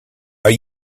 are